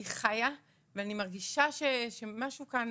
היא חיה, ואני מרגישה שמשהו כאן